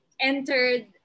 entered